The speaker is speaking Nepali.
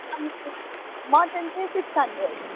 अनि त्यो मटन चाहिँ सिक्स हन्ड्रेड